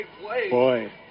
Boy